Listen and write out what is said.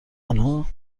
آنها